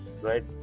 right